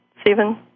Stephen